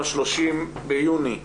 היום ה-30 ביוני 2020,